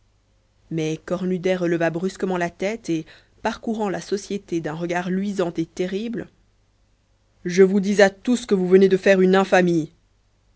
mais cornudet releva brusquement la tête et parcourant la société d'un regard luisant et terrible je vous dis à tous que vous venez de faire une infamie